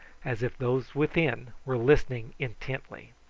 as if those within were listening intently.